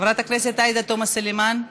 חברת הכנסת עאידה תומא סלימאן,